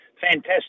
fantastic